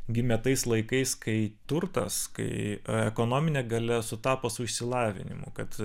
gimė tais laikais kai turtas kai ekonominė galia sutapo su išsilavinimu kad